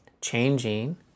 changing